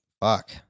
Fuck